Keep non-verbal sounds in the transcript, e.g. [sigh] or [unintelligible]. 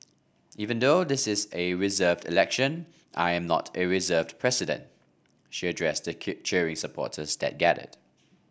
even though this is a reserved election I am not a reserved president she addressed the [unintelligible] cheering supporters that gathered